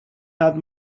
that